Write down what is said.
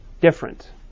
different